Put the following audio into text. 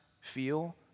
feel